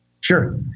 Sure